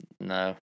No